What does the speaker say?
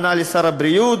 מה ענה לי שר הבריאות?